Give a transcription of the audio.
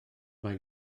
mae